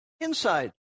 inside